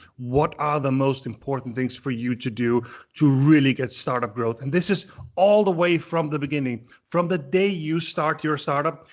what are the most important things for you to do to really get startup growth. and this is all the way from the beginning, from the day you start your startup,